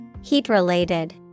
Heat-related